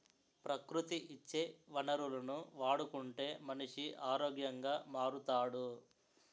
ప్రకృతి ఇచ్చే వనరులను వాడుకుంటే మనిషి ఆరోగ్యంగా మారుతాడు